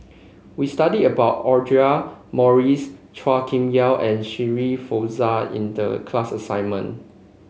we studied about Audra Morrice Chua Kim Yeow and Shirin Fozdar in the class assignment